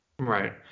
Right